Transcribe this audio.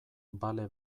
bale